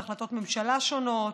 בהחלטות ממשלה שונות.